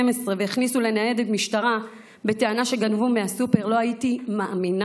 והכניסו לניידת משטרה בטענה שגנבו מהסופר לא הייתי מאמינה.